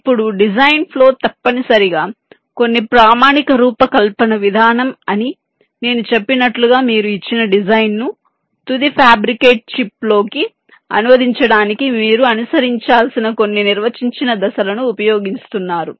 ఇప్పుడు design flow తప్పనిసరిగా కొన్ని ప్రామాణిక రూపకల్పన విధానం అని నేను చెప్పినట్లుగా మీరు ఇచ్చిన డిజైన్ను తుది ఫ్యాబ్రికేట్ చిప్లోకి అనువదించడానికి మీరు అనుసరించాల్సిన కొన్ని నిర్వచించిన దశలను ఉపయోగిస్తున్నారు